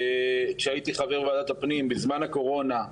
כשהייתי חבר וועדת הפנים בזמן הקורונה,